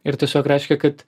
ir tiesiog reiškia kad